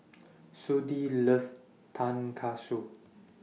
Sudie loves Tan Katsu